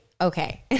okay